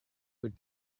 would